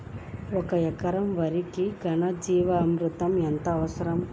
ఒక ఎకరా వరికి ఘన జీవామృతం ఎంత అవసరం?